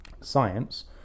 science